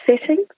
settings